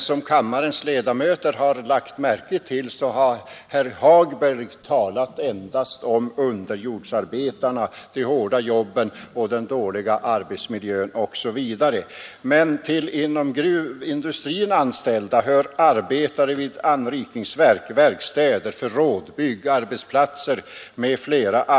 Som kammarens ledamöter lagt märke till har herr Hagberg talat endast om underjordsarbetarna, de hårda jobben, den dåliga arbetsmiljön osv., men till inom gruvindustrin anställda hör även arbetare vid anrikningsverk, verkstäder, förråd, byggarbetsplatser m.fl.